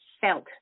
felt